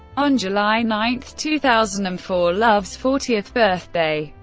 on july nine, two thousand and four, love's fortieth birthday,